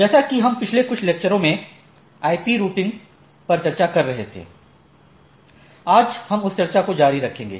जैसा कि हम पिछले कुछ लेक्चरों में आईपी राउटिंग पर चर्चा कर रहे थे आज हम उस चर्चा को जारी रखेंगे